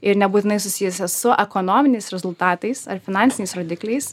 ir nebūtinai susijusias su ekonominiais rezultatais ar finansiniais rodikliais